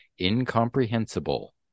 incomprehensible